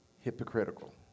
hypocritical